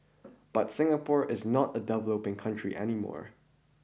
but Singapore is not a developing country any more